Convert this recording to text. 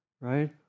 Right